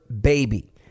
baby